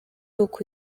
uku